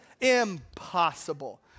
Impossible